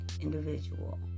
individual